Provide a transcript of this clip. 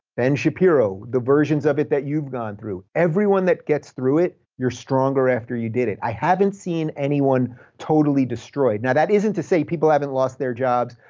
ben shapiro, the versions of it that you've gone through. everyone that gets through it, you're stronger after you did it. i haven't seen anyone totally destroyed. now, that isn't to say people haven't lost their jobs,